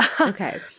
Okay